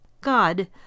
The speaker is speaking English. God